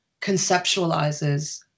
conceptualizes